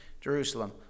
Jerusalem